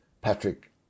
Patrick